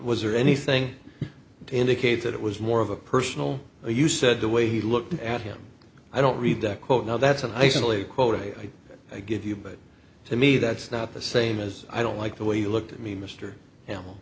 was there anything to indicate that it was more of a personal you said the way he looked at him i don't read that quote now that's an isolated quote i give you but to me that's not the same as i don't like the way you look at me mr